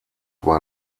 war